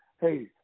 hey